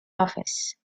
office